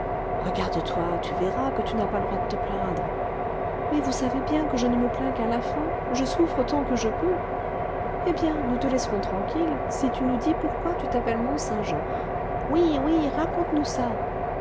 regarde toi tu verras que tu n'as pas le droit de te plaindre mais vous savez bien que je ne me plains qu'à la fin je souffre tant que je peux eh bien nous te laisserons tranquille si tu nous dis pourquoi tu t'appelles mont-saint-jean oui oui raconte-nous ça